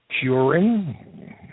curing